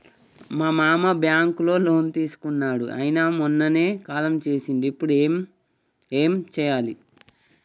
మా మామ బ్యాంక్ లో లోన్ తీసుకున్నడు అయిన మొన్ననే కాలం చేసిండు ఇప్పుడు మేం ఏం చేయాలి?